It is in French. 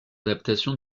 adaptation